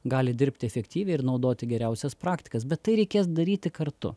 gali dirbti efektyviai ir naudoti geriausias praktikas bet tai reikės daryti kartu